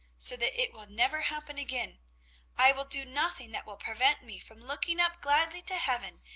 so that it will never happen again i will do nothing that will prevent me from looking up gladly to heaven,